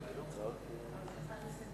חבר הכנסת